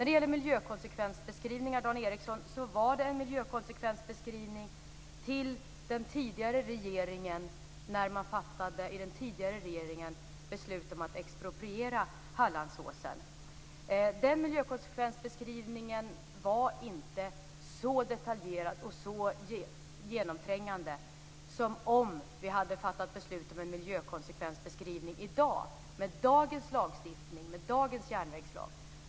Det gjordes en miljökonsekvensbeskrivning till den tidigare regeringen, Dan Ericsson, när den fattade beslut om att expropriera Hallandsåsen. Den miljökonsekvensbeskrivningen var inte så detaljerad och så genomträngande som den skulle ha varit om vi hade fattat beslut om en miljökonsekvensbeskrivning i dag, med dagens lagstiftning och med dagens järnvägslag.